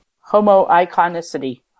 Homo-iconicity